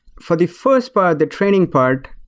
for the first part, the training part,